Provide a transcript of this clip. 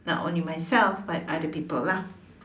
not only myself but other people lah